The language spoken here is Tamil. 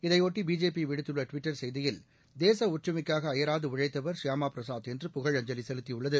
இதையொட்டி பிஜேபி விடுத்துள்ள ட்விட்டர் செய்தியில் தேச ஒற்றுமைக்காக அயராது உழைத்தவர் சியாமா பிரசாத் என்று புகழஞ்சலி செலுத்தியுள்ளது